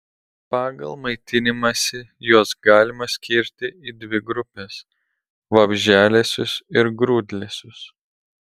pagal maitinimąsi juos galima skirti į dvi grupes vabzdžialesius ir grūdlesius